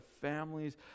families